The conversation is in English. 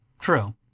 True